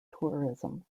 tourism